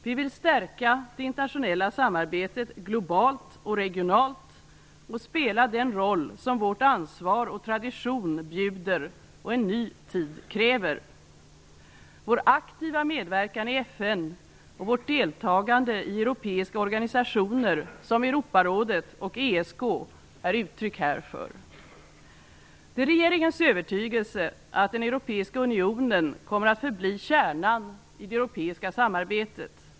Vi vill stärka det internationella samarbetet globalt och regionalt och spela den roll som vårt ansvar och traditionen bjuder och som en ny tid kräver. Vår aktiva medverkan i FN och vårt deltagande i europeiska organisationer som Europarådet och ESK är uttryck härför. Det är regeringens övertygelse att den europeiska unionen kommer att förbli kärnan i det europeiska samarbetet.